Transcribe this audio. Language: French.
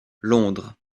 londres